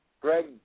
Greg